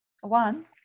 One